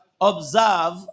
Observe